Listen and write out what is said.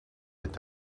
est